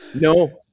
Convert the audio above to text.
No